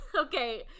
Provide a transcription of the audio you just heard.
Okay